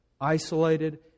isolated